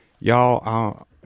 Y'all